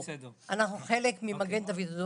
אנחנו חלק ממד"א,